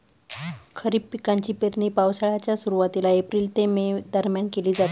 खरीप पिकांची पेरणी पावसाळ्याच्या सुरुवातीला एप्रिल ते मे दरम्यान केली जाते